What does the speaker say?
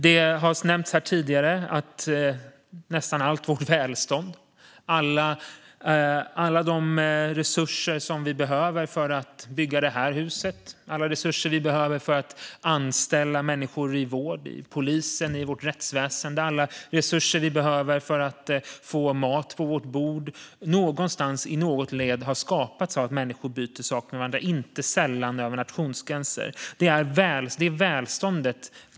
Det har nämnts här tidigare att nästan allt vårt välstånd, alla de resurser som vi behöver för att bygga det här huset, alla resurser vi behöver för att anställa människor i vård, vid polisen, i vårt rättsväsen och alla resurser som vi behöver för att få mat på vårt bord någonstans i något led, har skapats av att människor byter saker med varandra, inte sällan över nationsgränser. Det är välståndet.